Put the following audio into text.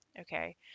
Okay